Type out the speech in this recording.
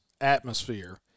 atmosphere